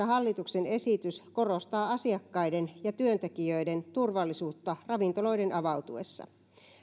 hallituksen esitys korostaa asiakkaiden ja työntekijöiden turvallisuutta ravintoloiden avautuessa